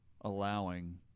allowing